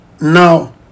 Now